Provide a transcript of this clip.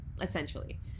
essentially